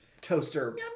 toaster